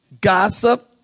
Gossip